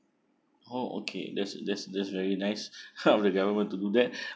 oh okay that's that's that's very nice the government do that